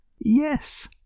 Yes